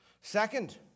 Second